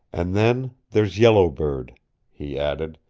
and then there's yellow bird he added.